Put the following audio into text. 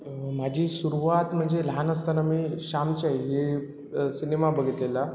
माझी सुरवात म्हणजे लहान असताना मी श्यामची आई हे सिनेमा बघितलेला